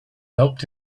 helped